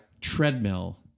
treadmill